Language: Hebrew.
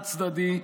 חד-צדדי,